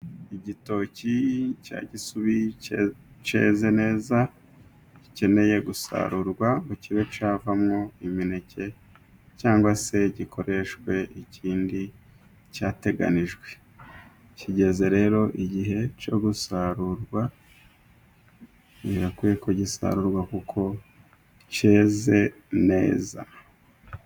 Igitoki cya gisubi cyeze neza, gikeneye gusarurwa ngo kibe cyavamo imineke cyangwa se gikoreshwe ikindi cyateganijwe. Kigeze rero igihe cyo gusarurwa, birakwiyeko gisarurwa kuko cyeze neza.